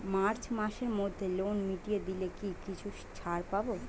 March মাসের মধ্যে loan মিটিয়ে দিলে কি কিছু ছাড় পাব?